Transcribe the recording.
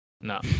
No